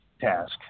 task